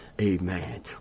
Amen